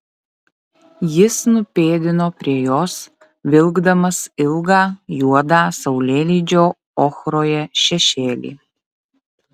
jis nupėdino prie jos vilkdamas ilgą juodą saulėlydžio ochroje šešėlį